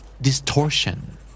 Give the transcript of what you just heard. Distortion